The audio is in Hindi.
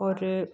और